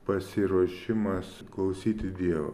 pasiruošimas klausyti dievo